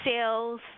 sales